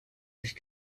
sich